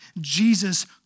Jesus